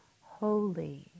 holy